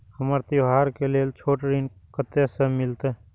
हमरा त्योहार के लेल छोट ऋण कते से मिलते?